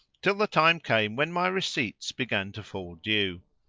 till the time came when my receipts began to fall due.